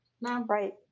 Right